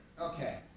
Okay